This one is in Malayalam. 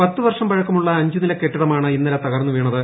പത്തു വർഷം പഴക്കമുള്ള അഞ്ചുനില കെട്ടിടമാണ് ഇന്നലെ തകർന്നുവീണത്